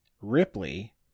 Ripley